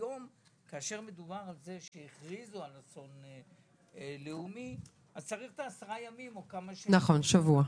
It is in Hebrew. כבר הכריזו על אסון לאומי אז צריך עשרה ימים או --- שבוע,